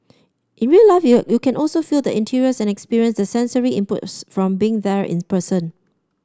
in real life you you can also feel the interiors and experience the sensory inputs from being there in person